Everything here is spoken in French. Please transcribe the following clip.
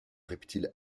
reptile